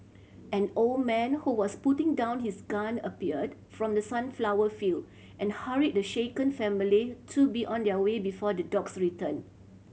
an old man who was putting down his gun appeared from the sunflower field and hurried the shaken family to be on their way before the dogs return